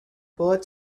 bullet